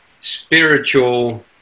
spiritual